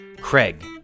Craig